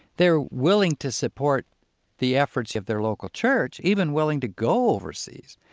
they're willing to support the efforts of their local church, even willing to go overseas,